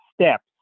steps